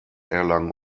erlangen